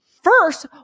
First